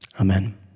amen